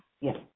Yes